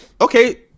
okay